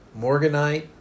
morganite